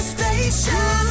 Station